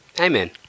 Amen